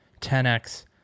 10x